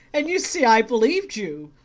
and you see i believed you.